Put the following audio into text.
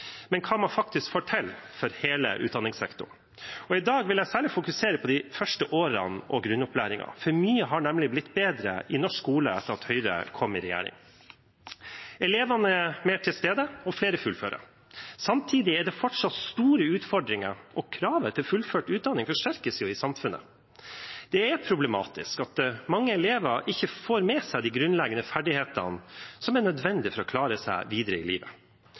hva man faktisk får til for hele utdanningssektoren. I dag vil jeg særlig fokusere på de første årene og grunnopplæringen, for mye har nemlig blitt bedre i norsk skole etter at Høyre kom i regjering. Elevene er mer til stede, og flere fullfører. Samtidig er det fortsatt store utfordringer, og kravet til fullført utdanning forsterkes i samfunnet. Det er problematisk at mange elever ikke får med seg de grunnleggende ferdighetene som er nødvendige for å klare seg videre i livet.